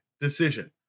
decision